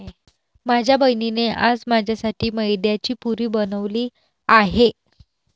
माझ्या बहिणीने आज माझ्यासाठी मैद्याची पुरी बनवली आहे